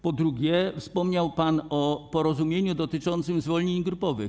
Po drugie, wspomniał pan o porozumieniu dotyczącym zwolnień grupowych.